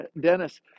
Dennis